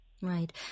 Right